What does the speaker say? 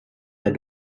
der